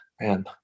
man